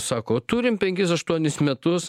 sako turim penkis aštuonis metus